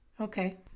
Okay